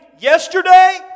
yesterday